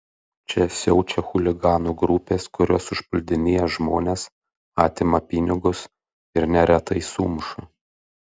čia siaučia chuliganų grupės kurios užpuldinėja žmones atima pinigus ir neretai sumuša